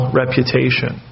reputation